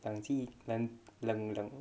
冷静冷冷冷